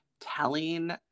telling